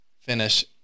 finish